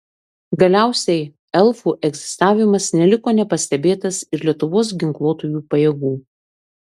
galiausiai elfų egzistavimas neliko nepastebėtas ir lietuvos ginkluotųjų pajėgų